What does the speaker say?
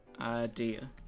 idea